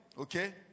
Okay